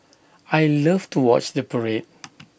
I love to watch the parade